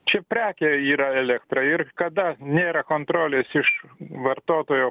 čia prekė yra elektra ir kada nėra kontrolės iš vartotojo